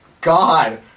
God